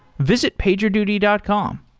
visit pagerduty dot com.